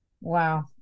Wow